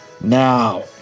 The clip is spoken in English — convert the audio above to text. Now